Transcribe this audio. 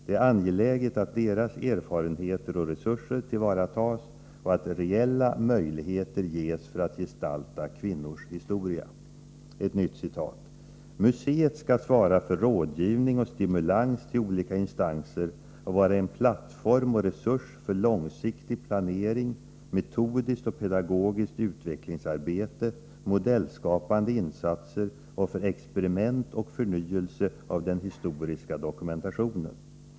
Det är angeläget att deras erfarenheter och resurser tillvaratas och att reella möjligheter ges för att gestalta kvinnors historia.” Ett annat citat: ”Museet skall svara för rådgivning och stimulans till olika instanser och vara en plattform och resurs för långsiktig planering, metodiskt och pedagogiskt utvecklingsarbete, modellskapande insatser och för experiment och förnyelse av den historiska dokumentationen.